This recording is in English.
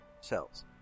Cells